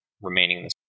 remaining